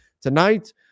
tonight